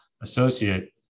associate